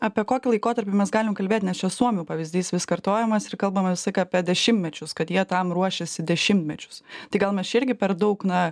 apie kokį laikotarpį mes galim kalbėt nes čia suomių pavyzdys vis kartojamas ir kalbama visąlaik apie dešimtmečius kad jie tam ruošiasi dešimtmečius tai gal mes čia irgi per daug na